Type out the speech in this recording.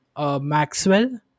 Maxwell